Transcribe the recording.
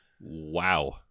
Wow